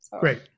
Great